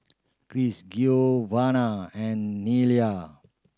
Cris Giovanna and Nelia